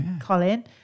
Colin